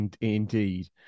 indeed